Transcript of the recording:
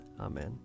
Amen